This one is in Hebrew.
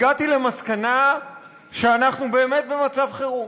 הגעתי למסקנה שאנחנו באמת במצב חירום.